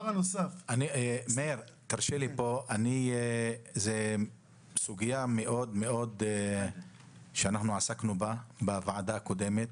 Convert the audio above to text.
מאיר, זו סוגיה שעסקנו בה בוועדה הקודמת